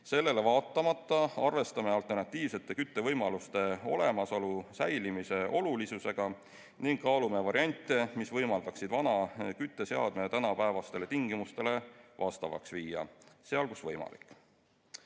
Sellele vaatamata arvestame alternatiivsete küttevõimaluste olemasolu säilimise olulisusega ning kaalume variante, mis võimaldaksid vana kütteseadme tänapäevastele tingimustele vastavaks viia seal, kus võimalik.